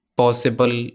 possible